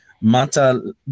Mata